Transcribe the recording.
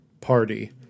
party